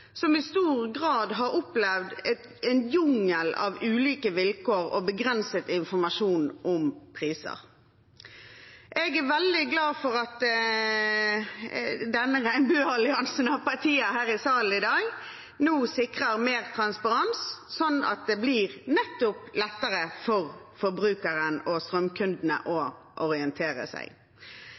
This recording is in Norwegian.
som i stor grad har opplevd en jungel av ulike vilkår og begrenset informasjon om priser. Jeg er veldig glad for at denne regnbuealliansen av partier i salen i dag sikrer mer transparens, sånn at det nettopp blir lettere for forbrukerne og strømkundene å orientere seg.